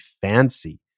fancy